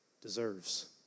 deserves